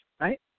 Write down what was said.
Right